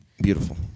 Beautiful